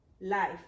life